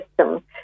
system